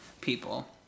people